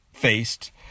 faced